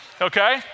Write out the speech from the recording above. okay